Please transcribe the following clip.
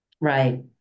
Right